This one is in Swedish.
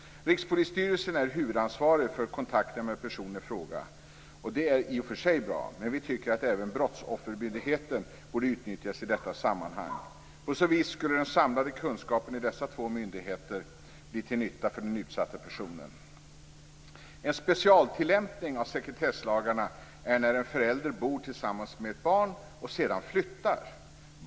Rikspolisstyrelsen är huvudansvarig för kontakterna med personen i fråga. Det är i och för sig bra, men vi tycker att även Brottsoffermyndigheten borde utnyttjas i detta sammanhang. På så vis skulle den samlade kunskapen i dessa två myndigheter bli till nytta för den utsatta personen. En specialtillämpning av sekretesslagarna är när en förälder bor tillsammans med ett barn och sedan flyttar.